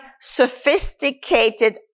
sophisticated